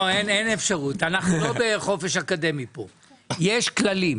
לא אנחנו לא בחופש אקדמי פה יש כללים,